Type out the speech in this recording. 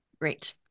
Great